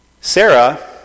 Sarah